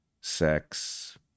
sex